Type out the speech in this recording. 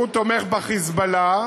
שהוא תומך ב"חיזבאללה",